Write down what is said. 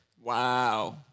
Wow